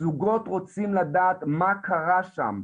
זוגות רוצים לדעת מה קרה שם,